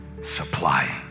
supplying